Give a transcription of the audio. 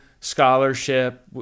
scholarship